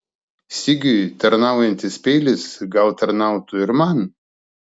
sigiui tarnaujantis peilis gal tarnautų ir man